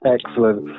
Excellent